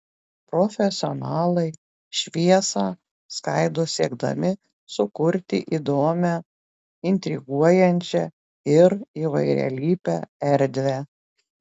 profesionalai šviesą skaido siekdami sukurti įdomią intriguojančią ir įvairialypę erdvę